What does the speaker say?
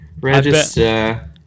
Register